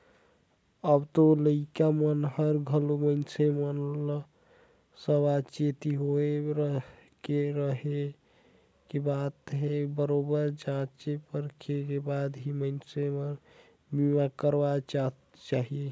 अब तो लइका मन हर घलो मइनसे मन ल सावाचेती होय के रहें के बात हे बरोबर जॉचे परखे के बाद ही मइनसे ल बीमा करवाना चाहिये